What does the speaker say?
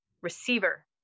receiver